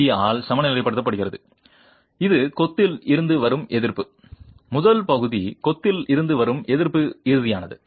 85fmt ஆல் சமநிலைப்படுத்தப்படுகிறது இது கொத்தில் இருந்து வரும் எதிர்ப்பு முதல் பகுதி கொத்தில் இருந்து வரும் எதிர்ப்பு இறுதியானது